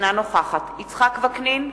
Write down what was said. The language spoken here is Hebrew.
אינה נוכחת יצחק וקנין,